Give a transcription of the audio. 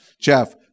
Jeff